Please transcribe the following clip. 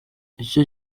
icyo